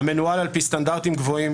המנוהל על פי סטנדרטים גבוהים,